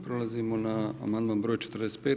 Prelazimo na amandman broj 45.